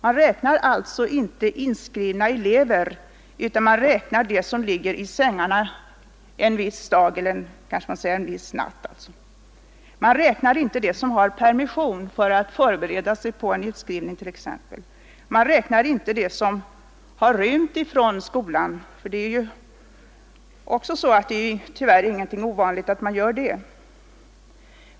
Man räknar alltså inte inskrivna elever, utan man räknar dem som ligger i sängarna en viss natt. Man räknar inte dem som har permission för att förbereda sig på en utskrivning t.ex. och man räknar inte dem som rymt från skolan — det är tyvärr ingenting ovanligt.